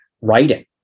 writing